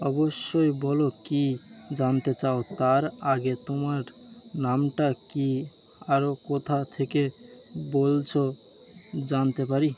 অবশ্যই বলো কী জানতে চাও তার আগে তোমার নামটা কী আরও কোথা থেকে বলছ জানতে পারি